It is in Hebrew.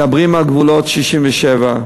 מדברים על גבולות 67',